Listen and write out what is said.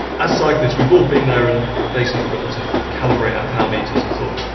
as cyclists we've all been there and basically forgotten to calibrate our power meters and thought,